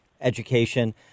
education